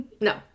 no